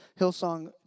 Hillsong